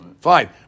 fine